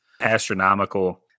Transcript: astronomical